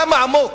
כמה עמוק.